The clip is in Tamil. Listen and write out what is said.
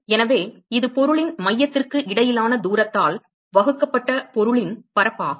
எனவே இது பொருளின் மையத்திற்கு இடையிலான தூரத்தால் வகுக்கப்பட்ட பொருளின் பரப்பாகும்